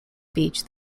beach